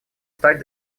стать